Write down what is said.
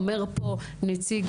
אומר פה נציג